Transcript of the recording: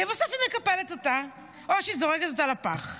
לבסוף היא מקפלת אותה או שהיא זורקת אותה לפח.